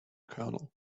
colonel